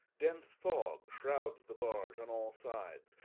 dense fog shrouds the barge on all sides,